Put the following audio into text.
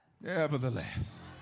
Nevertheless